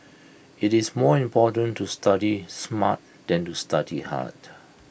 IT is more important to study smart than to study hard